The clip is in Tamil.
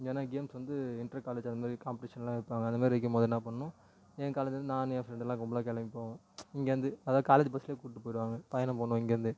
ஏன்னா கேம்ஸ் வந்து இன்டர் காலேஜ் அது மாதிரி காம்படிஷனெலாம் வைப்பாங்க அந்தமாரி வைக்கும் போது என்ன பண்ணணும் என் காலேஜில் இருந்து நான் என் ஃப்ரண்டு எல்லாம் கும்பலாக கிளம்பி போவோம் இங்கே இருந்து அதுதான் காலேஜ் பஸ்லேயே கூட்டிகிட்டு போய்டுவாங்க பயணம் பண்ணுவோம் இங்கே இருந்தே